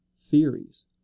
theories